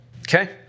okay